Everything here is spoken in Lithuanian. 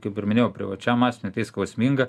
kaip ir minėjau privačiam asmeniui tai skausminga